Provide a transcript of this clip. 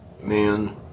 Man